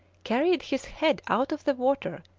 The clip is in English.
carried his head out of the water,